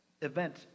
event